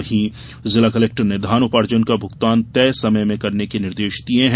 वहीं जिला कलेक्टर ने धान उपार्जन का भुगतान तय समय में करने के निर्देश दिये हैं